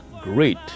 great